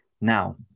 now